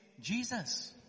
Jesus